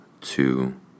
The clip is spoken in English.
two